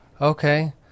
Okay